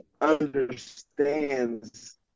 understands